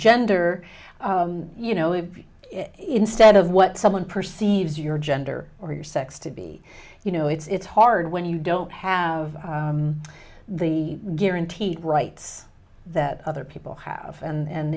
gender you know of it instead of what someone perceives your gender or your sex to be you know it's hard when you don't have the guaranteed rights that other people have and